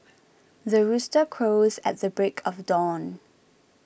the rooster crows at the break of dawn